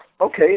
Okay